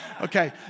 Okay